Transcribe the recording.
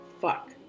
Fuck